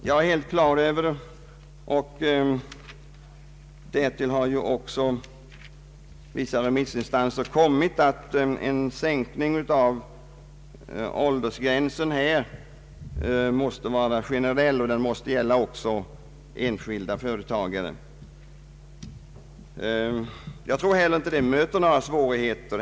Jag är helt på det klara med — och denna ståndpunkt har också vissa remissinstanser intagit — att en sänkning av åldersgränsen måste vara generell och gälla även enskilda företagare. Detta kommer inte heller att möta några svårigheter.